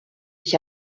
ich